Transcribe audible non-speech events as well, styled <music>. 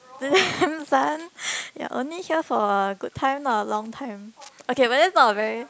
<laughs> this one you're only here for a good time not a long time okay but that's not a very